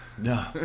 No